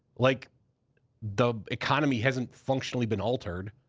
like the economy hasn't functionally been altered.